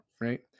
right